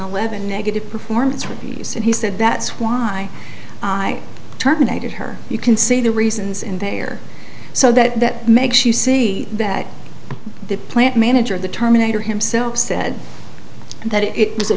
eleven negative performance reviews and he said that's why i terminated her you can see the reasons in there so that that makes you see that the plant manager the terminator himself said that it was a